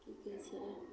की कहै छै